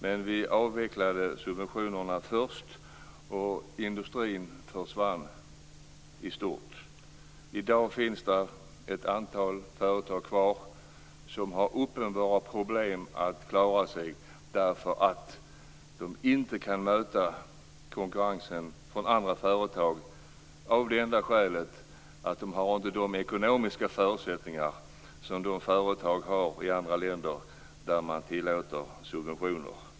Men vi avvecklade subventionerna först, och industrin försvann i stort sett. I dag finns det ett antal företag kvar som har uppenbara problem att klara sig, eftersom de inte kan möta konkurrensen från företag i andra länder av det enda skälet att de inte har de ekonomiska förutsättningar som dessa företag har genom att man tillåter subventioner.